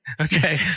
Okay